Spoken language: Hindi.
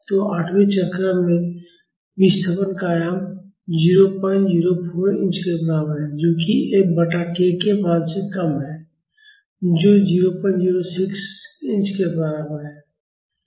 तो 8वें चक्र के अंत में विस्थापन का आयाम 0048 इंच के बराबर है जो कि F बटा k के मान से कम है जो 0061 इंच के बराबर है